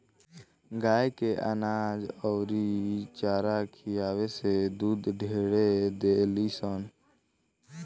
गाय के अनाज अउरी चारा खियावे से दूध ढेर देलीसन